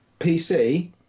PC